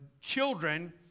children